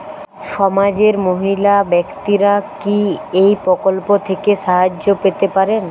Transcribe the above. সমাজের মহিলা ব্যাক্তিরা কি এই প্রকল্প থেকে সাহায্য পেতে পারেন?